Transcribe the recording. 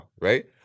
right